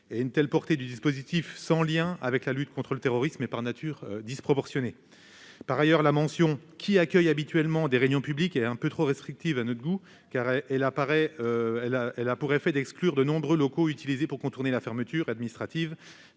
de culte. Cette portée du dispositif, sans lien avec la lutte contre le terrorisme, est, par nature, disproportionnée. À l'inverse, la mention « qui accueillent habituellement des réunions publiques » est, à nos yeux, un peu trop restrictive, car elle aurait pour effet d'exclure de nombreux locaux utilisés pour contourner la fermeture administrative,